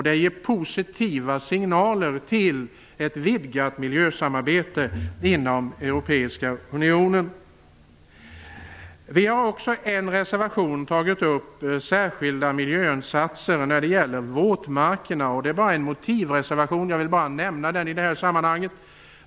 Det ger positiva signaler när det gäller ett vidgat miljösamarbete inom Europeiska unionen. Vi har i en reservation tagit upp frågan om särskilda miljöinsatser när gäller våtmarkerna. Det är bara en motivreservartion, och jag vill bara nämna den i det här sammanhanget.